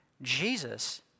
Jesus